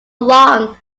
long